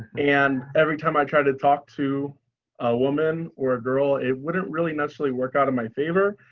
and every time i tried to talk to a woman or a girl, it wouldn't really necessarily work out in my favor.